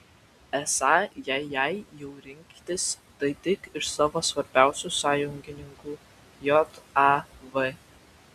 esą jei jei jau rinktis tai tik iš savo svarbiausių sąjungininkų jav